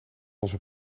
onze